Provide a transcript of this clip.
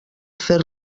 fer